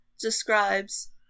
describes